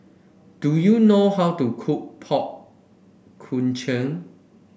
do you know how to cook Pork Knuckle